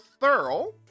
Thurl